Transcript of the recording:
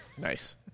Nice